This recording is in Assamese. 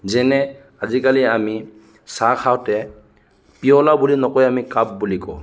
যেনে আজিকালি আমি চাহ খাওঁতে পিয়লা বুলি নকৈ আমি কাপ বুলি কওঁ